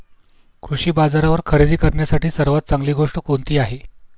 कृषी बाजारावर खरेदी करण्यासाठी सर्वात चांगली गोष्ट कोणती आहे?